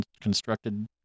constructed